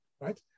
right